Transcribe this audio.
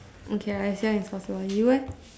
okay lah as young as possible you leh